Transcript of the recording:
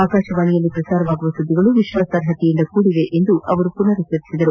ಆಕಾಶವಾಣಿಯಲ್ಲಿ ಪ್ರಸಾರವಾಗುವ ಸುದ್ದಿಗಳು ವಿಶ್ವಾಸಾರ್ಹತೆಯಿಂದ ಕೂಡಿದೆ ಎಂದು ಅವರು ಪುನರುಚ್ಚರಿಸಿದರು